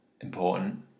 important